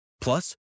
Plus